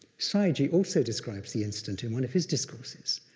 sayagyi also describes the incident in one of his discourses.